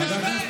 אתה יודע את זה.